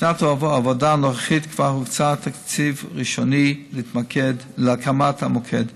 בשנת העבודה הנוכחית כבר הוקצה תקציב ראשוני להקמת המוקד.